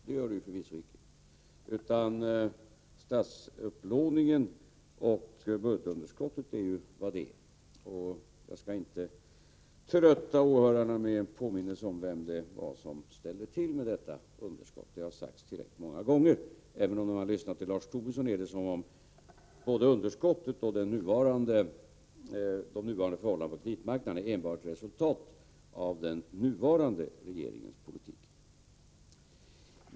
Så blir förvisso icke fallet, utan statsupplåningen och budgetunderskottet är vad de är. Jag skall inte trötta åhörarna med en påminnelse om vem det var som ställde till med detta underskott. Det har sagts tillräckligt många gånger. När man har lyssnat till Lars Tobisson verkar det dock som om både underskottet och de nuvarande förhållandena på kreditmarknaden enbart är ett resultat av den nuvarande regeringens politik.